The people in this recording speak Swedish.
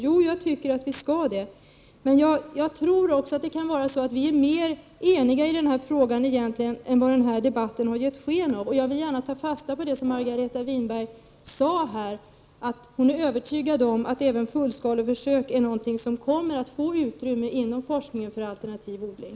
Jag tycker att vi skall det. Vi är nog mer eniga i den här frågan än vad denna debatt har gett sken av. Jag vill gärna ta fasta på vad Margareta Winberg sade: att hon är övertygad om att fullskaleförsök är någonting som kommer att få utrymme inom forskningen för alternativ odling.